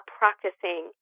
practicing